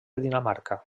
dinamarca